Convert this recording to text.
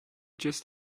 just